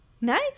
Nice